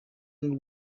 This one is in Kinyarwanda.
n’u